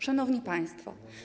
Szanowni Państwo!